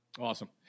Awesome